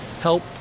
help